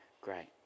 great